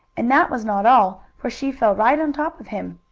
and, that was not all, for she fell right on top of him.